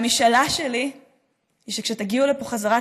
והמשאלה שלי היא שכאשר תגיעו לפה חזרה,